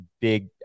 big